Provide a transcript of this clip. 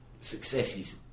successes